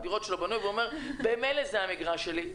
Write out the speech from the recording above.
אומר: ממילא זה המגרש שלי,